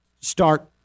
start